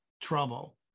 trouble